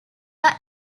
are